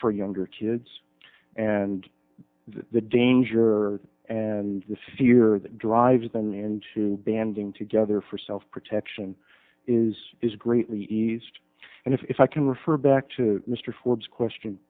for younger kids and the danger and the fear that drives them into banding together for self protection is is greatly eased and if i can refer back to mr forbes question